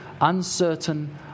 uncertain